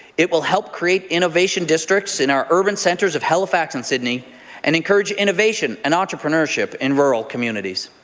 it will help create innovation districts in our urban centres of halifax and sydney and encourage innovation and entrepreneurship in rural communities.